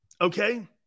Okay